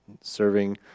serving